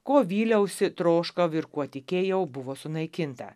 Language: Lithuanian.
ko vyliausi troškau ir kuo tikėjau buvo sunaikinta